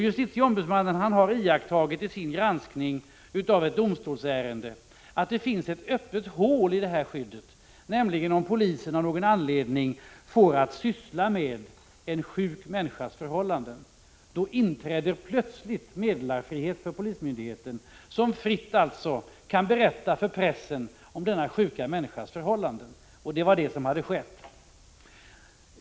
Justitieombudsmannen har i sin granskning av ett domstolsärende iakttagit att det finns ett öppet hål i detta skydd, nämligen om polisen av någon anledning får att syssla med en sjuk människas förhållanden. Då inträder plötsligt meddelarfrihet för polismyndigheten, som alltså fritt kan berätta för pressen om denna sjuka människas förhållanden. Det var vad som hade skett.